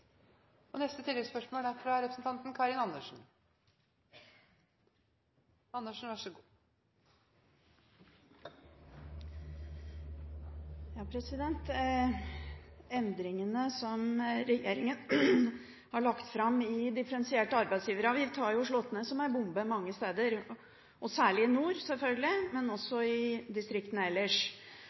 Karin Andersen – til oppfølgingsspørsmål. Endringene som regjeringen har lagt fram når det gjelder differensiert arbeidsgiveravgift, har slått ned som en bombe mange steder, særlig i nord, selvfølgelig, men også i distriktene ellers.